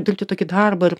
dirbti tokį darbą ir